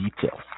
detail